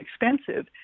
expensive